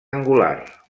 angular